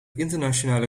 internationale